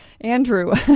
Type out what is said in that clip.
Andrew